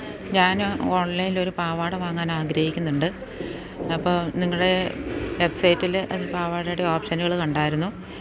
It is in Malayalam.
ഞാന് ഓൺലൈനിലൊരു പാവാട വാങ്ങാനാഗ്രഹിക്കുന്നുണ്ട് അപ്പോള് നിങ്ങളുടെ വെബ്സൈറ്റില് ആ പാവാടയുടെ ഓപ്ഷനുകള് കണ്ടായിരുന്നു